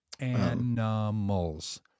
animals